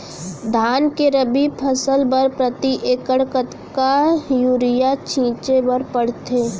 धान के रबि फसल बर प्रति एकड़ कतका यूरिया छिंचे बर पड़थे?